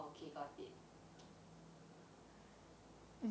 okay got it